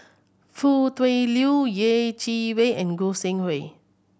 Foo Tui Liew Yeh Chi Wei and Goi Seng Hui